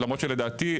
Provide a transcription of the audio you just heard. אבל לדעתי,